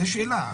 זו שאלה.